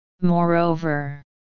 Moreover